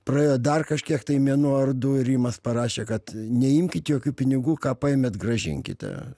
praėjo dar kažkiek tai mėnuo ar du rimas parašė kad neimkit jokių pinigų ką paėmėt grąžinkite